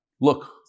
look